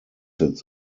its